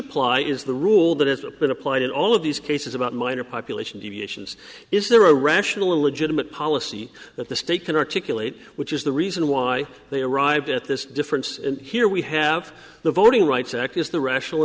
apply is the rule that is a bit applied in all of these cases about minor population deviations is there a rational or legitimate policy that the state can articulate which is the reason why they arrived at this difference and here we have the voting rights act is the rational